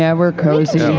yeah we're cozy.